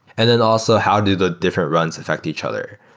and then also, how do the different runs affect each other?